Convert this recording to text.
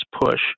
push